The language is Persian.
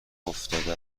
افتاده